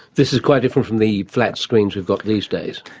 this is quite different from the flat screens we've got these days.